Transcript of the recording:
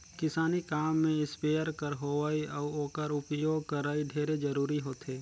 किसानी काम में इस्पेयर कर होवई अउ ओकर उपियोग करई ढेरे जरूरी होथे